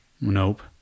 Nope